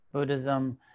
Buddhism